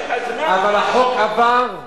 אבל החוק עבר?